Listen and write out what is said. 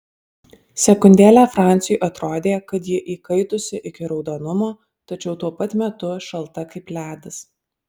sekundėlę franciui atrodė kad ji įkaitusi iki raudonumo tačiau tuo pat metu šalta kaip ledas